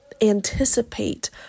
anticipate